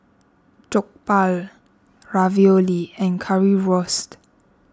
Jokbal Ravioli and Currywurst